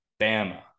Bama